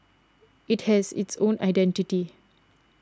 it has its own identity